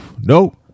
nope